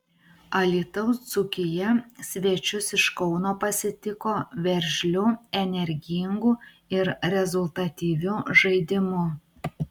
alytaus dzūkija svečius iš kauno pasitiko veržliu energingu ir rezultatyviu žaidimu